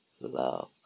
love